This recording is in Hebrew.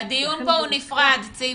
הדיון פה הוא נפרד, ציפי.